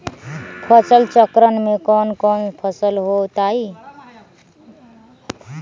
फसल चक्रण में कौन कौन फसल हो ताई?